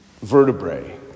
Vertebrae